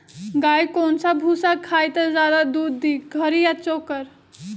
गाय कौन सा भूसा खाई त ज्यादा दूध दी खरी या चोकर?